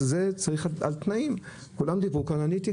לדבר על תנאי עבודה.